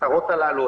ההצהרות הללו,